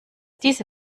diese